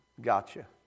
Gotcha